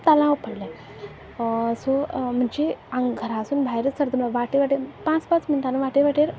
तालांव पडलें सो म्हणजे घरासून भायर सरतांच म्हळ्यार वाटेर वाटेर पांच पांच मिनटान वाटेर वाटेर